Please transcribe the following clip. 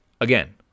again